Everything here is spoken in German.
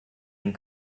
den